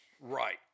Right